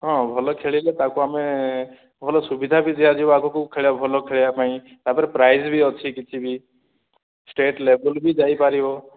ହଁ ଭଲ ଖେଳିଲେ ତାକୁ ଆମେ ଭଲ ସୁବିଧା ବି ଦିଆଯିବ ଆଗକୁ ଖେଳିବା ଭଲ ଖେଳିବା ପାଇଁ ତା'ପରେ ପ୍ରାଇଜ୍ ବି ଅଛି କିଛି ବି ଷ୍ଟେଟ୍ ଲେବୁଲ୍ ବି ଯାଇପାରିବ